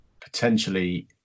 potentially